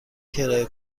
کرایه